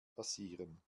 passieren